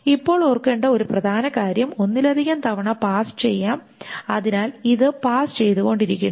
ഇപ്പോൾ ഓർക്കേണ്ട ഒരു പ്രധാന കാര്യം ഒന്നിലധികം തവണ പാസ് ചെയ്യാം അതിനാൽ ഇത് പാസ് ചെയ്തുകൊണ്ടിരിക്കുന്നു